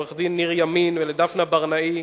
עורך-הדין ניר ימין ודפנה ברנאי,